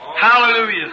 Hallelujah